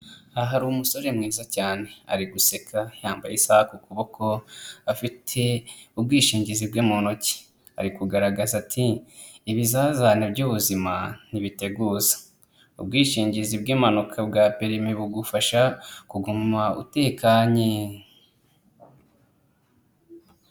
Aha hari umusore mwiza cyane, ari guseka yambaye isa ku kuboko, afite ubwishingizi bwe mu ntoki. Ari kugaragaza ati ibizazane by'ubuzima ntibiteguza, ubwishingizi bw'impanuka bwa perimi bugufasha kuguma utekanye.